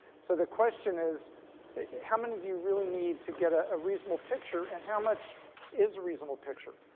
so the question is how many do you really need to get ah a reasonable picture and how much is a reasonable picture?